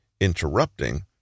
interrupting